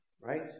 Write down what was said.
right